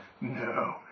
No